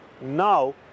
Now